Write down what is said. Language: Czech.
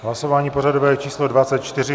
Hlasování pořadové číslo 24.